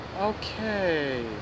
okay